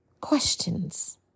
questions